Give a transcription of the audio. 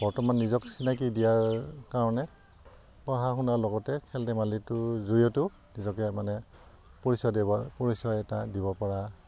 বৰ্তমান নিজক চিনাকি দিয়াৰ কাৰণে পঢ়া শুনাৰ লগতে খেল ধেমালিটোৰ জৰিয়তেও নিজকে মানে পৰিচয় দিব পৰিচয় এটা দিব পৰা